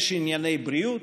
יש ענייני בריאות,